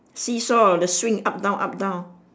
see-saw the swing up down up down